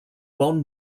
bon